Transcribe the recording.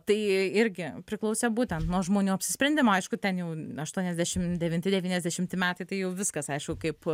tai irgi priklausė būtent nuo žmonių apsisprendimo aišku ten jau aštuoniasdešim devinti devyniasdešimti metai tai jau viskas aišku kaip